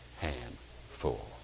handful